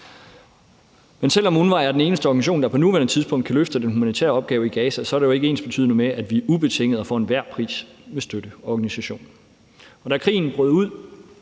Men selv om UNRWA er den eneste organisation, der på nuværende tidspunkt kan løfte den humanitære opgave i Gaza, er det jo ikke ensbetydende med, at vi ubetinget og for enhver pris vil støtte organisationen. Da krigen brød ud,